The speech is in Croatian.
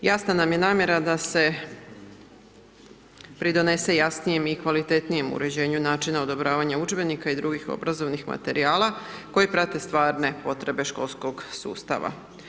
Jasna nam je namjera da se pridonese jasnijem i kvalitetnijem uređenju načina odobravanja udžbenika i drugih obrazovnih materijala koji prate stvarne potrebe školskog sustava.